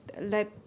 let